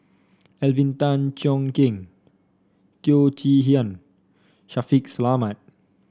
Alvin Tan Cheong Kheng Teo Chee Hean Shaffiq Selamat